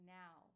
now